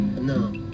No